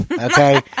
okay